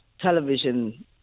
television